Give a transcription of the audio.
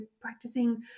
practicing